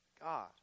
God